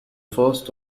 first